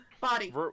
Body